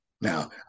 Now